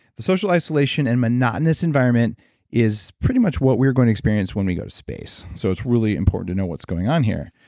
the social isolation and monotonous environment is pretty much what we're going to experience when we go to space. so it's really important to know what's going on here.